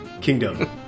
kingdom